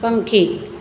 પંખી